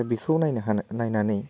दा बेखौ नायनो नायनानै